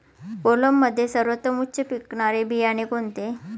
कोलममध्ये सर्वोत्तम उच्च पिकणारे बियाणे कोणते?